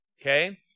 Okay